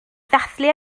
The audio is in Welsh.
ddathlu